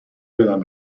یادم